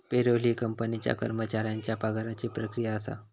payroll ही कंपनीच्या कर्मचाऱ्यांच्या पगाराची प्रक्रिया असा